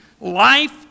Life